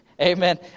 amen